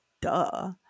Duh